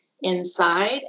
inside